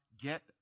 get